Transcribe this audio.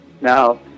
Now